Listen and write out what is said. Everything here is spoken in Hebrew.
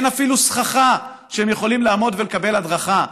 אין אפילו סככה שהיא יכולה לעמוד ולקבל הדרכה,